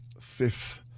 fifth